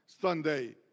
Sunday